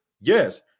Yes